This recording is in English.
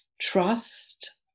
trust